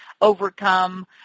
overcome